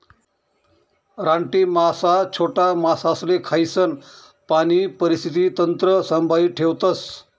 रानटी मासा छोटा मासासले खायीसन पाणी परिस्थिती तंत्र संभाई ठेवतस